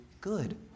good